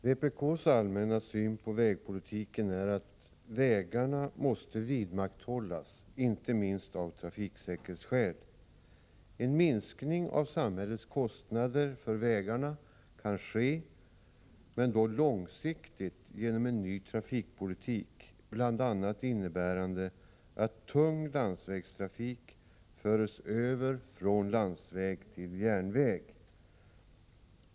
Herr talman! Vpk:s allmänna syn på vägpolitiken är att vägarna måste vidmakthållas, inte minst av trafiksäkerhetsskäl. En minskning av samhällets kostnader för vägarna kan ske långsiktigt genom en ny trafikpolitik, bl.a. innebärande att tung landsvägstrafik förs över till järnväg.